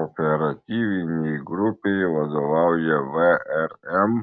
operatyvinei grupei vadovauja vrm